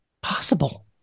possible